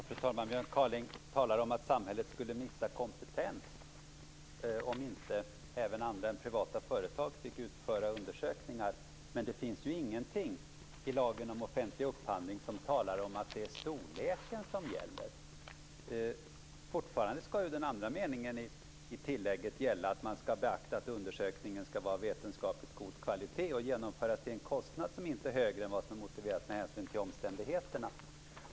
Fru talman! Björn Kaaling talar om att samhället skulle missa kompetens om inte även andra än privata företag fick utföra undersökningar. Men det finns ju ingenting i lagen om offentlig upphandling som talar om att det är storleken som gäller. Fortfarande skall ju den andra meningen i tillägget gälla, att man skall beakta att undersökningen skall vara av vetenskapligt god kvalitet och genomföras till en kostnad som inte är högre än vad som är motiverat med hänsyn till omständigheterna.